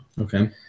Okay